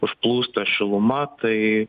užplūsta šiluma tai